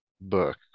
book